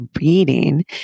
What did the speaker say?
reading